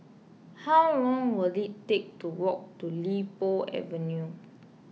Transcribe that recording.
how long will it take to walk to Li Po Avenue